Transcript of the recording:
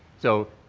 so,